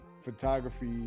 photography